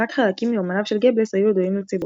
רק חלקים מיומניו של גבלס היו ידועים לציבור.